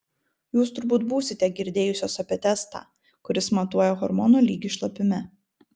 jūs turbūt būsite girdėjusios apie testą kuris matuoja hormono lygį šlapime